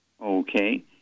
Okay